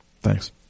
Thanks